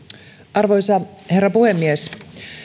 arvoisa herra puhemies